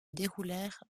déroulèrent